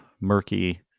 murky